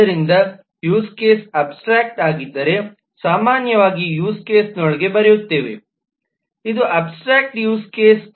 ಆದ್ದರಿಂದ use case abstract ಆಗಿದ್ದರೆ ಸಾಮಾನ್ಯವಾಗಿ ಯೂಸ್ ಕೇಸ್ನೊಳಗೆ ಬರೆಯುತ್ತದೆ ಇದು ಅಬ್ಸ್ಟ್ರಾಕ್ಟ್ ಯೂಸ್ ಕೇಸ್